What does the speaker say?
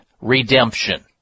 redemption